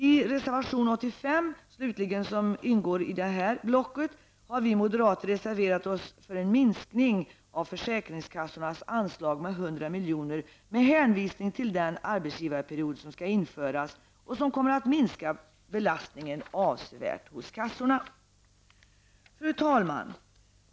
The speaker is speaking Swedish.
I reservation 85 har vi moderater reserverat oss för en minskning av försäkringskassornas anslag med 100 milj.kr. med hänvisning till den arbetsgivarperiod som skall införas och som avsevärt kommer att minska belastningen hos kassorna. Fru talman!